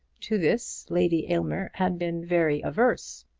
to this lady aylmer had been very averse,